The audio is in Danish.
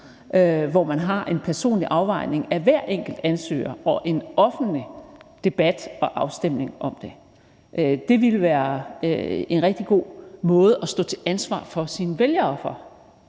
hvor man har en personlig afvejning af hver enkelt ansøger og en offentlig debat og afstemning om det. Det ville være en rigtig god måde at stå til ansvar over for sine vælgere på.